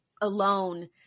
alone